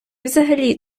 взагалі